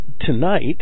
Tonight